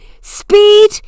Speed